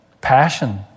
passion